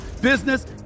business